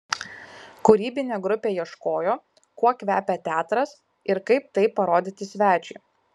kūrybinė grupė ieškojo kuo kvepia teatras ir kaip tai parodyti svečiui